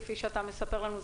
כפי שאתה מספר לנו,